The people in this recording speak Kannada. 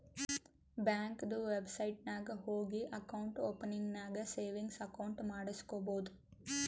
ಬ್ಯಾಂಕ್ದು ವೆಬ್ಸೈಟ್ ನಾಗ್ ಹೋಗಿ ಅಕೌಂಟ್ ಓಪನಿಂಗ್ ನಾಗ್ ಸೇವಿಂಗ್ಸ್ ಅಕೌಂಟ್ ಮಾಡುಸ್ಕೊಬೋದು